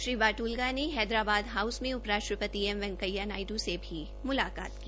श्री बादल्गा ने हैदराबाद हाउस में उपराष्ट्रपति एम वैकेंया नायडू ने मुलाकात की